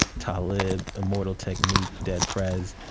talib, immortal technique, dead prez,